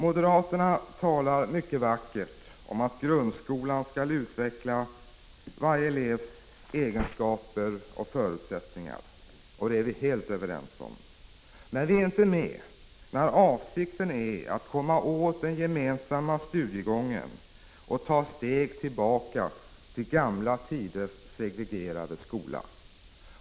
Moderaterna talar mycket vackert om att grundskolan skall utveckla varje elevs egenskaper och förutsättningar. Det är vi helt överens om. Men vi är inte med när avsikten är att komma åt den gemensamma studiegången och att ta steg tillbaka till det gamla klassamhällets segregerade skola.